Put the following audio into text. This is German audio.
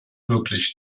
wirklich